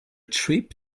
trip